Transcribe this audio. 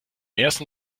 ersten